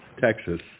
Texas